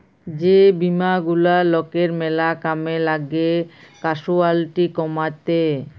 যে বীমা গুলা লকের ম্যালা কামে লাগ্যে ক্যাসুয়ালটি কমাত্যে